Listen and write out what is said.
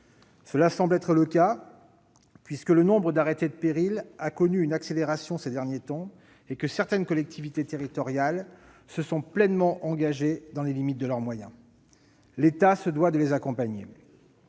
Cela semble être le cas, puisque le nombre d'arrêtés de péril a récemment connu une accélération et que certaines collectivités territoriales se sont pleinement engagées dans les limites de leurs moyens. L'État se doit de les accompagner.